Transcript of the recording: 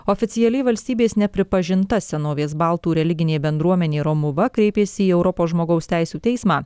oficialiai valstybės nepripažinta senovės baltų religinė bendruomenė romuva kreipėsi į europos žmogaus teisių teismą